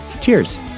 Cheers